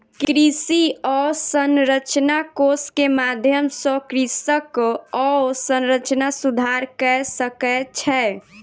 कृषि अवसंरचना कोष के माध्यम सॅ कृषक अवसंरचना सुधार कय सकै छै